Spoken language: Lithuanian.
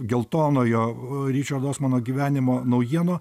geltonojo ričardo osmano gyvenimo naujienų